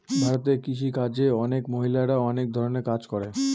ভারতে কৃষি কাজে অনেক মহিলারা অনেক ধরনের কাজ করে